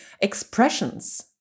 expressions